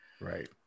Right